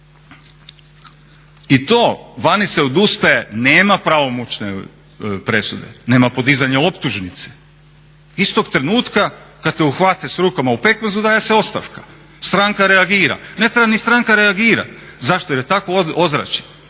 I to vani se odustaje, nema pravomoćne presude, nema podizanja optužnice. Istog trenutka kad te uhvate s rukama u pekmezu daje se ostavka, stranka reagira. Ne treba ni stranka reagirat, zašto, jer je takvo ozračje,